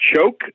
choke